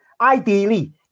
Ideally